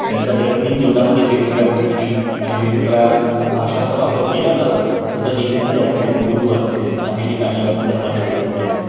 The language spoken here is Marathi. त्यांच्या दैनंदिन जीवनामध्ये वेगवेगळ्या गोष्टी आणि वेगवेगळ्या भाषांचा वापर केला जातो जसं की हिंदी असेल उर्दू असेल काही ठिकाणी कर्नाटकी असेल